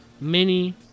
mini